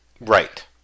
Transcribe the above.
Right